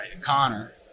Connor